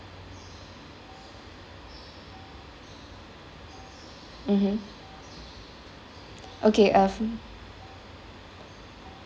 mmhmm okay uh